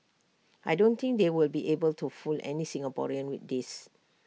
I don't think they will be able to fool any Singaporeans with this